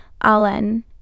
Alan